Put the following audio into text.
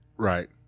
Right